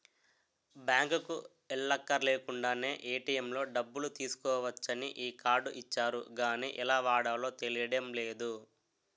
బాంకుకి ఎల్లక్కర్లేకుండానే ఏ.టి.ఎం లో డబ్బులు తీసుకోవచ్చని ఈ కార్డు ఇచ్చారు గానీ ఎలా వాడాలో తెలియడం లేదు